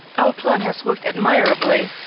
our plan has worked admirably.